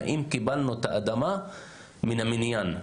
האם קיבלנו את האדמה מן המניין.